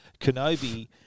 Kenobi